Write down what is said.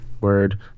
word